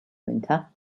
winter